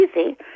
easy